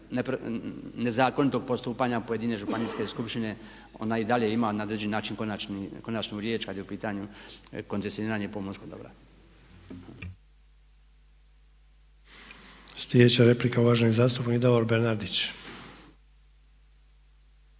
nezakonitog postupanja pojedine županijske skupštine, ona i dalje ima na određeni način konačnu riječ kad je u pitanju koncesioniranje pomorskog dobra.